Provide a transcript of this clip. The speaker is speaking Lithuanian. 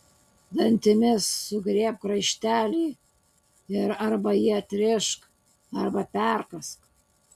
dantimis sugriebk raištelį ir arba jį atrišk arba perkąsk